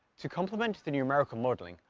to complement the numerical modelling,